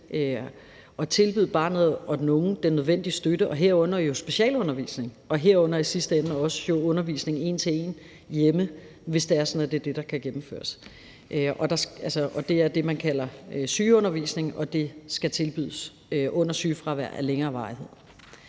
at tilbyde barnet og den unge den nødvendige støtte, herunder specialundervisning og i sidste ende også undervisning en til en hjemme, hvis det er sådan, at det er det, der kan gennemføres. Det er det, man kalder sygeundervisning, og det skal tilbydes under sygefravær af længere varighed.